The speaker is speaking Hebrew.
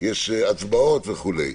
יש הצבעות וכולי.